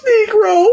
Negro